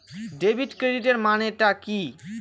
Debit ক্রেডিটের মানে টা কি?